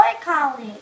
Collie